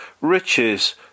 riches